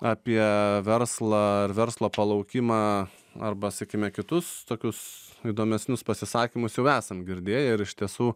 apie verslą ar verslo palaukimą arba sakime kitus tokius įdomesnius pasisakymus jau esam girdėję ir iš tiesų